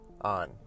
on